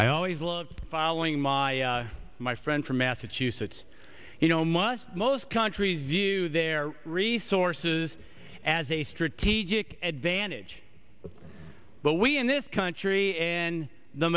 i always looked following my my friend for massachusetts you know must most countries view their resources as a strategic advantage but we in this country and the